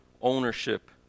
ownership